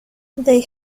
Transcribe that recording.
they